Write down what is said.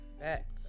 back